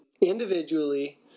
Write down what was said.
individually